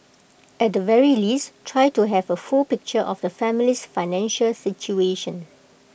at the very least try to have A full picture of the family's financial situation